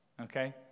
okay